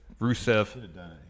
Rusev